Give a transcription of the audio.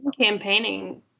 campaigning